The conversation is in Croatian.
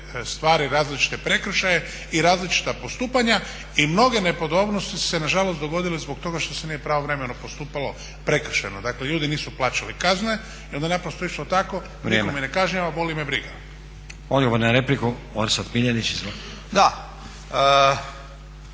stvari, različite prekršaje i različita postupanja. I mnoge nepodobnosti su se nažalost dogodile zbog toga što se nije pravovremeno postupalo prekršajno. Dakle, ljudi nisu plaćali kazne i onda je naprosto išlo tako nitko me ne kažnjava, boli me briga.